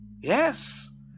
Yes